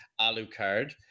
Alucard